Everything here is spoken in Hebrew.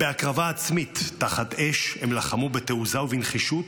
בהקרבה עצמית תחת אש הם לחמו בתעוזה ובנחישות